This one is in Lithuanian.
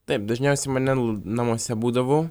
taip dažniausiai mane namuose būdavau